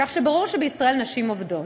כך שברור שבישראל נשים עובדות.